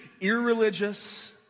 irreligious